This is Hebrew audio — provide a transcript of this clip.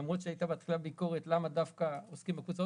למרות שהייתה בהתחלה ביקורת למה דווקא עוסקים בקבוצה,